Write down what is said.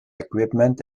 equipment